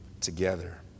together